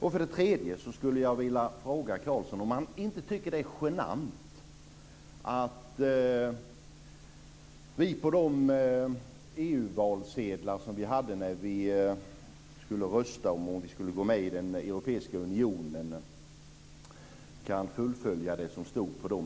En tredje sak som jag skulle vilja fråga Carlsson om är om han inte tycker att det är genant när det gäller de EU-valsedlar som vi hade när vi skulle rösta om huruvida vi skulle gå med i den europeiska unionen att vi inte kan fullfölja det som stod på dem?